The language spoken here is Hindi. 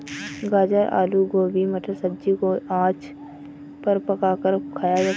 गाजर आलू गोभी मटर सब्जी को आँच पर पकाकर खाया जाता है